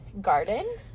garden